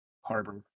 Harbor